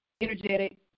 energetic